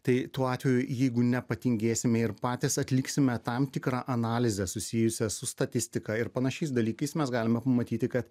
tai tuo atveju jeigu nepatingėsime ir patys atliksime tam tikrą analizę susijusią su statistika ir panašiais dalykais mes galime matyti kad